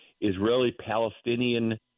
Israeli-Palestinian